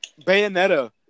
Bayonetta